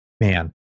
Man